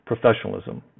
professionalism